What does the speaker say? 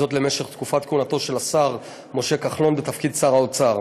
למשך תקופת כהונתו של השר משה כחלון בתפקיד שר האוצר: